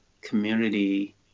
community